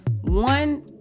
One